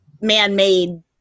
man-made